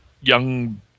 young